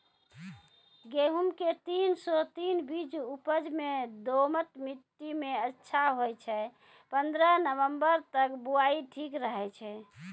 गेहूँम के तीन सौ तीन बीज उपज मे दोमट मिट्टी मे अच्छा होय छै, पन्द्रह नवंबर तक बुआई ठीक रहै छै